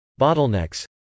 bottlenecks